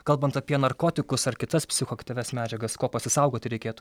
kalbant apie narkotikus ar kitas psichoaktyvias medžiagas ko pasisaugoti reikėtų